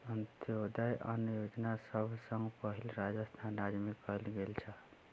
अन्त्योदय अन्न योजना सभ सॅ पहिल राजस्थान राज्य मे कयल गेल छल